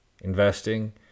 investing